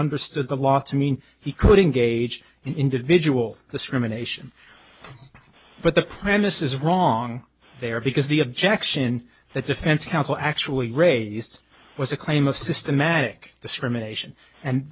understood the law to mean he could engage an individual this rumination but the premise is wrong there because the objection that defense counsel actually raised was a claim of systematic discrimination and